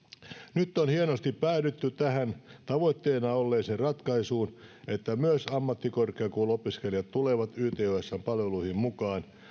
nyt on hienosti päädytty tähän tavoitteena olleeseen ratkaisuun että myös ammattikorkeakouluopiskelijat tulevat ythsn palveluihin mukaan